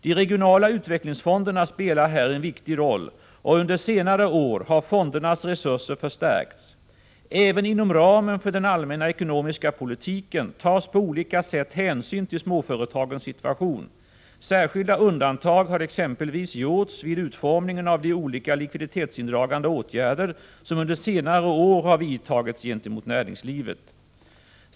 De regionala utvecklingsfonderna spelar här en viktig roll, och under senare år har fondernas resurser förstärkts. Även inom ramen för den allmänna ekonomiska politiken tas på olika sätt hänsyn till småföretagens situation. Särskilda undantag har exempelvis gjorts vid utformningen av de olika likviditetsindragande åtgärder som under senare år har vidtagits gentemot näringslivet.